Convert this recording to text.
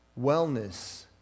wellness